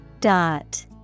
Dot